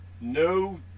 no